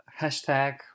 hashtag